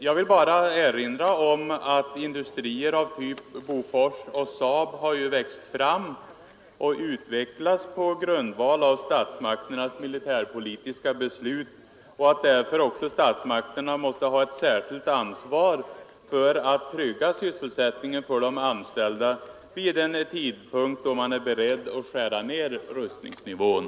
Jag vill bara erinra om att industrier av typen Bofors och SAAB har växt fram och utvecklats på grund av statsmakternas militärpolitiska beslut och att statsmakterna därför måste ha ett särskilt ansvar för att trygga sysselsättningen för de anställda vid en tidpunkt då man är beredd att skära ned rustningsnivån.